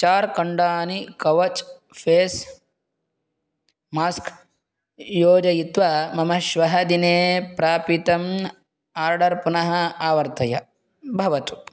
चत्वारि कण्डानि कवच् फ़ेस् मास्क् योजयित्वा मम श्वः दिने प्रापितम् आर्डर् पुनः आवर्तय भवतु